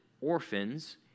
orphans